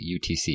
UTC